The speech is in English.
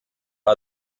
are